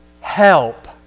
help